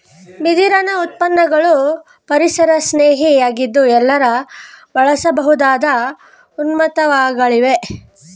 ಬಿದಿರಿನ ಉತ್ಪನ್ನಗಳು ಪರಿಸರಸ್ನೇಹಿ ಯಾಗಿದ್ದು ಎಲ್ಲರೂ ಬಳಸಬಹುದಾದ ಉತ್ಪನ್ನಗಳಾಗಿವೆ